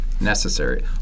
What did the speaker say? necessary